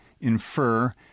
infer